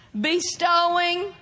Bestowing